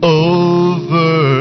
over